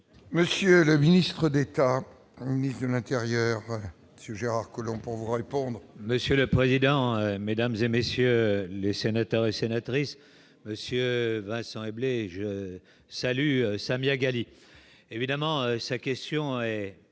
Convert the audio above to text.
Monsieur le ministre d'État, ministre de l'Intérieur, Gérard Collomb, pour vous répondre. Monsieur le président, Mesdames et messieurs les sénateurs et sénatrices Monsieur je salue Samia Ghali évidemment sa question.